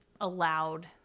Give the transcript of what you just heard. allowed